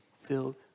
filled